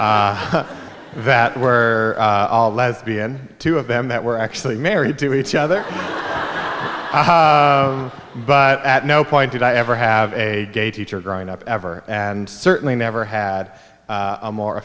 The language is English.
know that were all lesbian two of them that were actually married to each other i but at no point did i ever have a gay teacher growing up ever and certainly never had a more